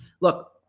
Look